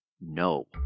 No